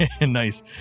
nice